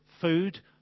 food